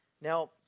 Now